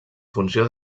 funció